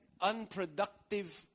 unproductive